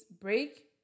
break